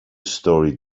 story